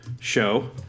show